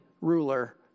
ruler